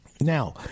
Now